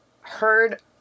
heard